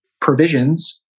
provisions